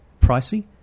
pricey